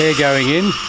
yeah going in.